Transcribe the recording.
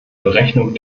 berechnung